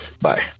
Bye